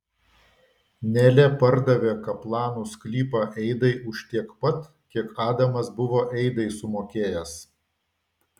nelė pardavė kaplanų sklypą eidai už tiek pat kiek adamas buvo eidai sumokėjęs